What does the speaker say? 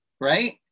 right